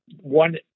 one